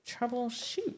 Troubleshoot